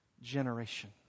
generation